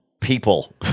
people